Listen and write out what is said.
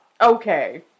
Okay